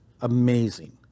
amazing